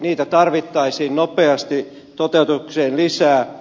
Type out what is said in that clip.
niitä tarvittaisiin nopeasti toteutukseen lisää